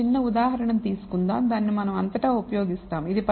ఒక చిన్న ఉదాహరణ తీసుకుందాం దానిని మనం అంతటా ఉపయోగిస్తాము